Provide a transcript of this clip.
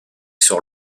sur